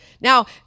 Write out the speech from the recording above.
Now